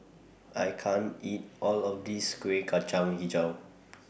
I can't eat All of This Kueh Kacang Hijau